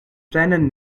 brennen